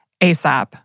ASAP